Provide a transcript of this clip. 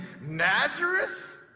Nazareth